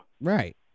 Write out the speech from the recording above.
Right